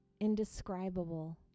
indescribable